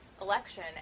election